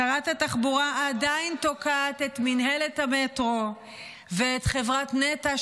שרת התחבורה עדיין תוקעת את מינהלת המטרו ואת חברת נת"ע,